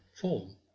form